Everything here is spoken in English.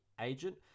agent